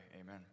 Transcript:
Amen